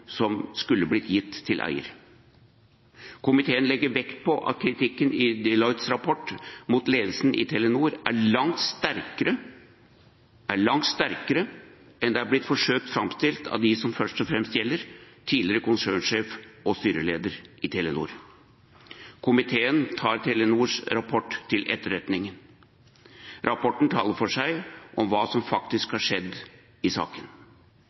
som skulle bli gitt til eieren.» Komiteen legger vekt på at kritikken i Deloittes rapport mot ledelsen i Telenor er langt sterkere enn det den har blitt forsøkt framstilt som av dem det først og fremst gjelder: tidligere konsernsjef og tidligere styreleder i Telenor. Komiteen tar Deloittes rapport til etterretning. Rapporten taler for seg om hva som faktisk har skjedd i saken.